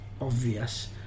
obvious